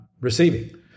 receiving